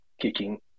kicking